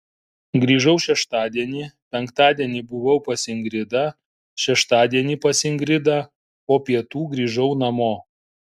grįžau šeštadienį penktadienį buvau pas ingridą šeštadienį pas ingridą po pietų grįžau namo